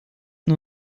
nur